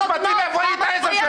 שר המשפטים, איפה היית עשר שנים?